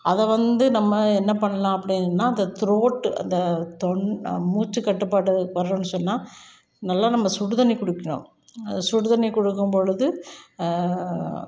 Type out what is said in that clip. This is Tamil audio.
அதை வந்து நம்ம என்ன பண்ணலாம் அப்படினா அந்த த்ரோட்டு அந்த தொண் மூச்சுக்கட்டுப்பாடு வரணும்னு சொன்னால் நல்லா நம்ம சுடுதண்ணி குடிக்கணும் அது சுடுதண்ணி குடிக்கும் பொழுது